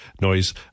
noise